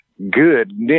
good